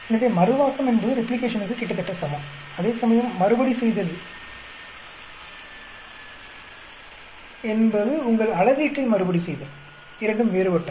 எனவே மறுவாக்கம் என்பது ரெப்ளிகேஷனுக்கு கிட்டத்தட்ட சமம் அதே சமயம் மறுபடிசெய்தல் என்னது உங்கள் அளவீட்டை மறுபடிசெய்தல் இரண்டும் வேறுபட்டவை